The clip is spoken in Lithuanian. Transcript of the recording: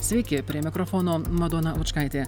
sveiki prie mikrofono madona lučkaitė